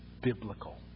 biblical